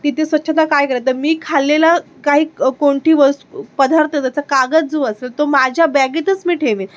तिथे स्वच्छता काय कराल तर मी खाल्लेलं काही कोणती वस्तू पदार्थ त्याचा कागद जो असतो तो माझ्या बॅगेतच मी ठेवेन